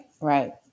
Right